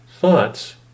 thoughts